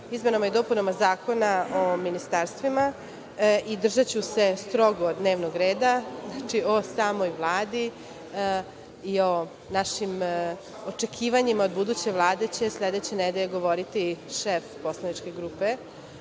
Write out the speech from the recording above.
izmenama i dopunama Zakona o ministarstvima i držaću se strogo dnevnog reda. Znači, o samoj Vladi i o našim očekivanjima buduće Vlade će sledeće nedelje govoriti šef poslaničke grupe,